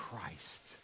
Christ